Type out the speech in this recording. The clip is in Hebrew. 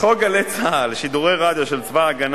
חוק "גלי צה"ל" שידורי רדיו של צבא-הגנה